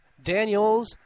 Daniels